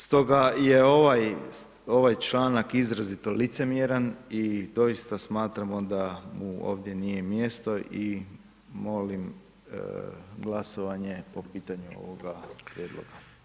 Stoga je ovaj članak izrazito licemjeran i doista smatramo da mu ovdje nije mjesto i molim glasovanje po pitanju ovoga prijedloga.